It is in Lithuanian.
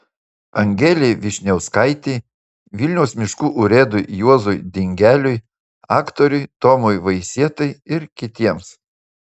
angelei vyšniauskaitei vilniaus miškų urėdui juozui dingeliui aktoriui tomui vaisietai ir kitiems